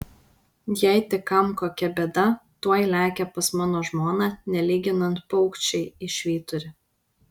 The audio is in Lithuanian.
jei tik kam kokia bėda tuoj lekia pas mano žmoną nelyginant paukščiai į švyturį